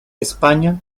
españa